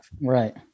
Right